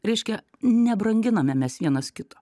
reiškia nebranginame mes vienas kito